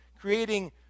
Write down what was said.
creating